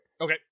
Okay